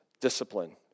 discipline